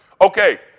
Okay